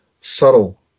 subtle